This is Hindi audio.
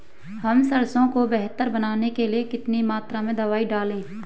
हम सरसों को बेहतर बनाने के लिए कितनी मात्रा में दवाई डालें?